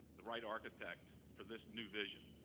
the right architect for this new vision.